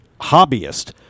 hobbyist